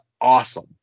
awesome